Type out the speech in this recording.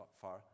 far